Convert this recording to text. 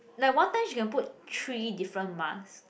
like one time she can out three different mask